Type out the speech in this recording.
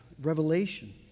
revelation